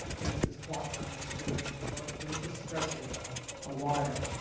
here's this clock kind of spring, a coil spring, just stretching ah a wire.